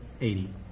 Eighty